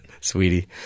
sweetie